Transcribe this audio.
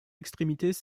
extrémités